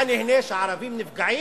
אתה נהנה שהערבים נפגעים?